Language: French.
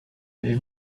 avez